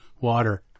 water